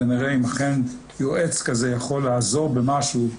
נראה אם אכן יועץ כזה יכול לעזור במשהו.